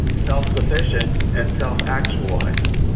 self-sufficient and self-actualized.